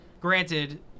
Granted